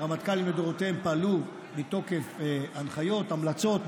הרמטכ"לים לדורותיהם פעלו מתוקף ההנחיות, המלצות.